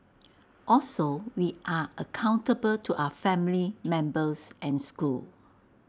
also we are accountable to our family members and school